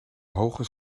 hoge